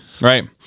Right